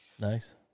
Nice